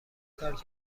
کار